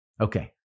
Okay